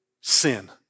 sin